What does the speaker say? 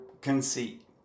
conceit